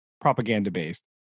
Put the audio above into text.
propaganda-based